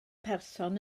person